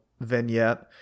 vignette